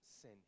sin